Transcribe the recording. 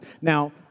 Now